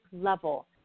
level